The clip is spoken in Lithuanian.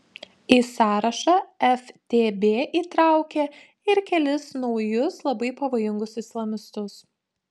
į sąrašą ftb įtraukė ir kelis naujus labai pavojingus islamistus